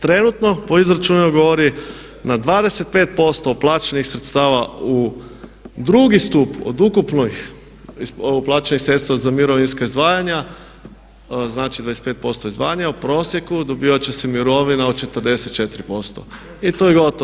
Trenutno po izračunu govori nam na 25% uplaćenih sredstava u drugi stup od ukupnih uplaćenih sredstva za mirovinska izdvajanja, znači 25% izdvajanja u prosjeku dobivat će se mirovina od 44% i to je gotovo.